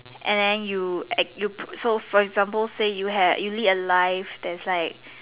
and then you at you pu~ so for example say you have you lead a life that's like